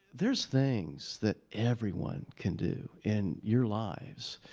there's things that everyone can do, in your lives,